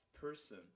person